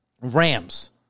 rams